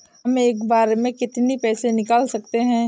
हम एक बार में कितनी पैसे निकाल सकते हैं?